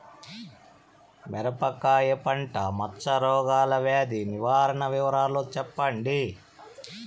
మిరపకాయ పంట మచ్చ రోగాల వ్యాధి నివారణ వివరాలు చెప్పండి?